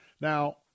Now